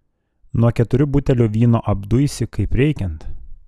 nuo keturių butelių vyno apduisi kaip reikiant